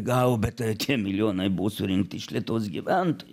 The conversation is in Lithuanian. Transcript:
gavo bet tie milijonai buvo surinkti iš lietuvos gyventojų